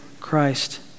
Christ